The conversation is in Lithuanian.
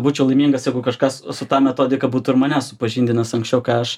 būčiau laimingas jeigu kažkas su ta metodika būtų ir mane supažindinęs anksčiau ką aš